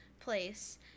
place